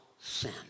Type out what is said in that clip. sin